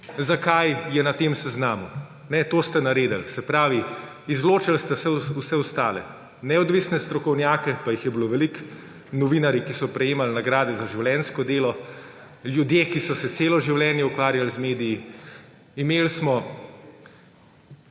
zakaj je na tem seznamu. To ste naredili. Se pravi, izločili ste vse ostale, neodvisne strokovnjake, pa jih je bilo veliko, novinarji, ki so prejemali nagrade za življenjsko delo, ljudje, ki so se celo življenje ukvarjali z mediji. Imeli